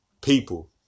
people